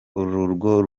urwo